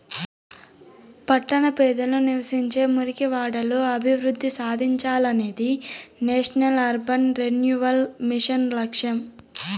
పట్టణ పేదలు నివసించే మురికివాడలు అభివృద్ధి సాధించాలనేదే నేషనల్ అర్బన్ రెన్యువల్ మిషన్ లక్ష్యం